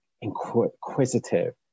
inquisitive